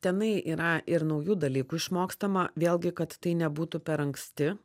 tenai yra ir naujų dalykų išmokstama vėlgi kad tai nebūtų per anksti